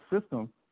system